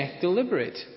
deliberate